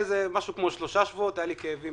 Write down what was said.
לפני כשלושה שבועות היו לי כאבים